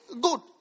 good